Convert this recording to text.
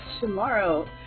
tomorrow